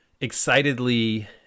excitedly